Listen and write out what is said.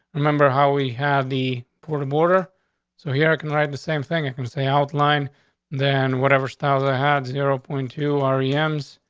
remember how we have the porter border so here can ride the same thing i could say outline than whatever styles i had zero point two ari ems